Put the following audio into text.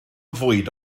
fwyd